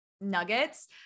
nuggets